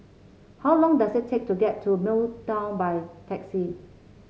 how long does it take to get to Midtown by taxi